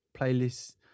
playlists